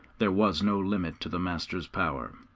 there was no limit to the master's power.